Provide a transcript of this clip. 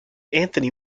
anthony